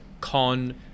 con